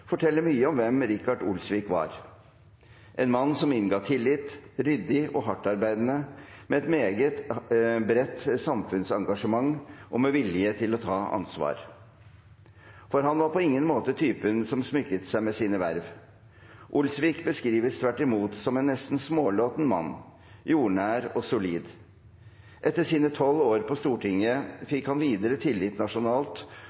forteller mye om hvem Rikard Olsvik var: en mann som innga tillit, ryddig og hardtarbeidende, med et meget bredt samfunnsengasjement og med vilje til å ta ansvar. Han var på ingen måte typen som smykket seg med sine verv. Olsvik beskrives tvert imot som en nesten smålåten mann, jordnær og solid. Etter sine tolv år på Stortinget